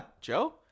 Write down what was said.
Joe